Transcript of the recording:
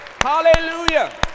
Hallelujah